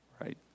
right